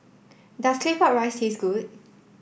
does Claypot Rice taste good